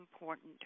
important